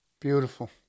Beautiful